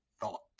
Thought